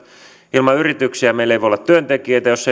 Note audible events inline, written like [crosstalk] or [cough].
ilman yrityksiä meillä ei voi olla työntekijöitä ja jos [unintelligible]